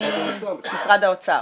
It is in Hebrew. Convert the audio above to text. משרד האוצר.